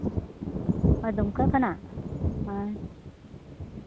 ᱫᱩᱢᱠᱟ ᱠᱷᱚᱱᱟᱜ ᱦᱳᱭ